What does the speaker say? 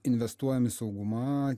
investuojam į saugumą